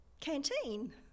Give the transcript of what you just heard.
canteen